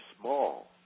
small